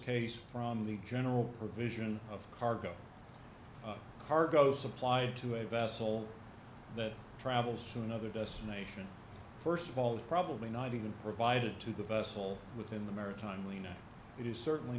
case from the general provision of cargo cargo supplied to a vessel that travels through another destination st of all is probably not even provided to the vessel within the maritime weena it is certainly